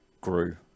grew